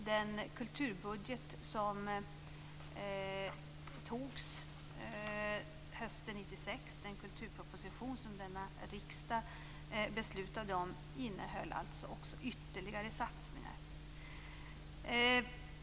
Den kulturbudget som antogs hösten 1996, den kulturproposition som denna riksdag beslutade om, innehöll också ytterligare satsningar.